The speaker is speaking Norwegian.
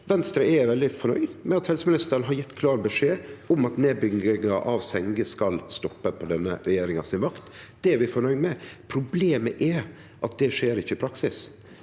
Venstre er veldig fornøgd med at helseministeren har gjeve klar beskjed om at nedbygginga av sengeplassar skal stoppe på vakta til denne regjeringa. Det er vi fornøgde med. Problemet er at det ikkje skjer i praksis.